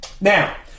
Now